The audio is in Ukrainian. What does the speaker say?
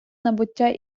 набуття